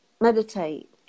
Meditate